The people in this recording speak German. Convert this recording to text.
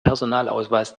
personalausweis